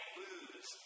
lose